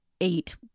eight